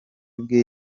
bwe